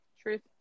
Truth